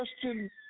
question